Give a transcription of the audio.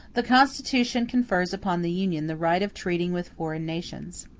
the constitution confers upon the union the right of treating with foreign nations.